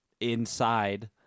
inside